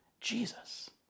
Jesus